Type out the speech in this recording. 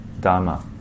dharma